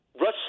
Russ